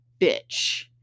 bitch